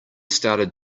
started